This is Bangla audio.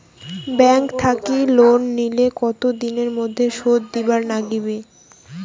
ব্যাংক থাকি লোন নিলে কতো দিনের মধ্যে শোধ দিবার নাগিবে?